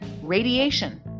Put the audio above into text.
radiation